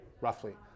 roughly